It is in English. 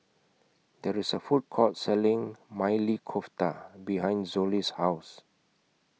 There IS A Food Court Selling Maili Kofta behind Zollie's House